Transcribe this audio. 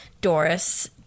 Doris